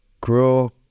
grow